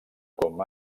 com